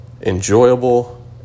enjoyable